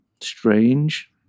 strange